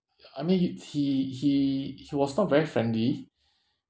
I mean he he he was not very friendly